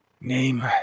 Name